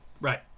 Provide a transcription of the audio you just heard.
Right